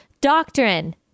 doctrine